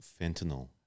fentanyl